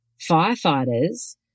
firefighters